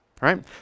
right